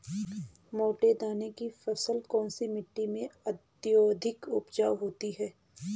मोटे दाने की फसल कौन सी मिट्टी में अत्यधिक उपजाऊ होती है?